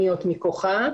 מכוחה.